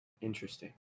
Interesting